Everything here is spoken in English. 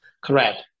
Correct